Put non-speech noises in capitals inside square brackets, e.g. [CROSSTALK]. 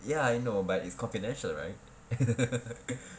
ya I know but it's confidential right [LAUGHS]